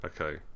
Okay